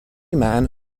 man